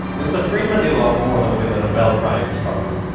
milton friedman did a lot more than win the nobel prize in stockholm.